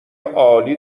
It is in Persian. عالی